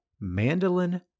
Mandolin